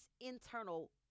internal